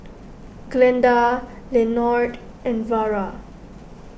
Glenda Lenord and Vara